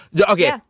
okay